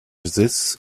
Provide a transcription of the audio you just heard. this